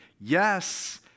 yes